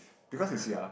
because you see ah